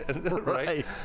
Right